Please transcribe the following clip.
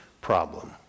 problem